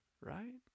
right